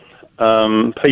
people